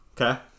Okay